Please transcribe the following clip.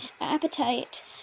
appetite